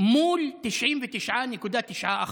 מול 99.9%,